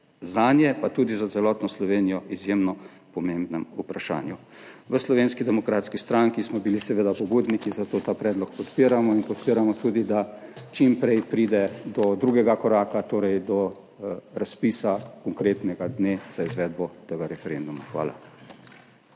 zase in tudi za celotno Slovenijo. V Slovenski demokratski stranki smo bili seveda pobudniki, zato ta predlog podpiramo. Podpiramo tudi to, da čim prej pride do drugega koraka, torej do razpisa konkretnega dne za izvedbo tega referenduma. Hvala.